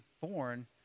born